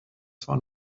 zwar